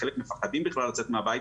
חלק מפחדים בכלל לצאת מהבית,